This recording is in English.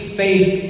faith